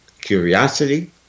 curiosity